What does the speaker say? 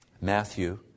Matthew